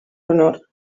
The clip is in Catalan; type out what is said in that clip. honor